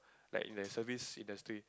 like the service industry